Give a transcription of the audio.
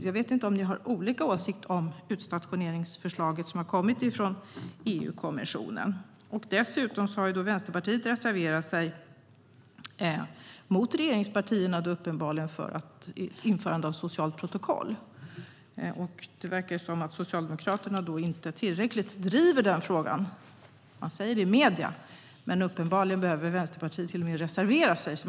Jag vet inte om ni har olika åsikter om utstationeringsförslaget som har kommit från EU-kommissionen. Dessutom har Vänsterpartiet reserverat sig - uppenbarligen mot regeringspartierna - mot införandet av ett socialt protokoll. Det verkar som att Socialdemokraterna inte driver den frågan tillräckligt. Man säger det i medierna, men uppenbarligen behöver Vänsterpartiet till och med reservera sig.